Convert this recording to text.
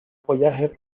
follaje